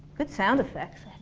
good sound effects